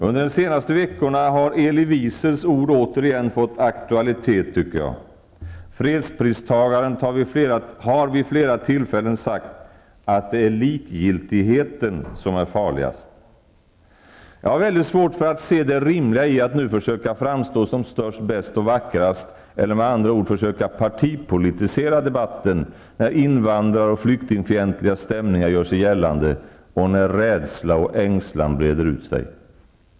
Under de senaste veckorna har Elie Wiesels ord återigen fått aktualitet. Fredspristagaren har vid flera tillfällen sagt att det är likgiltigheten som är farligast. Jag har väldigt svårt för att se det rimliga i att nu försöka framstå som störst, bäst och vackrast, eller med andra ord: försöka partipolitisera debatten, när invandrar och flyktingfientliga stämningar gör sig gällande och när rädsla och ängslan breder ut sig.